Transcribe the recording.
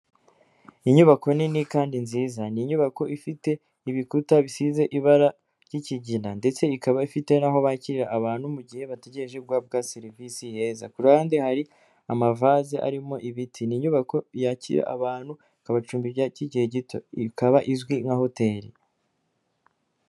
Inyubako nini kandi nziza, ni inyubako ifite ibikuta bisize ibara ry'ikigina, ndetse ikaba ifite n'aho bakira abantu mu gihe bategereje guhabwa serivisi heza, kuruhande hari amavase arimo ibiti, ni inyubako yakira abantu, ikabacumbira by'igihe gito. Ikaba izwi nka hoteri.